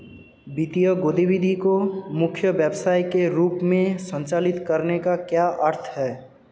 वित्तीय गतिविधि को मुख्य व्यवसाय के रूप में संचालित करने का क्या अर्थ है?